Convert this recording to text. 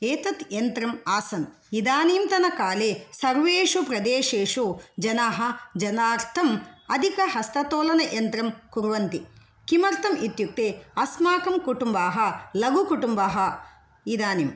एतत् यन्त्रम् आसन् इदानीं तनकाले सर्वेषु प्रदेशेषु जनाः जलार्थं अदिकहस्ततोलनयन्त्रं कुर्वन्ति किमर्थं इत्युक्ते अस्माकं कुटुम्बाः लघुकुटुम्बाः इदानीम्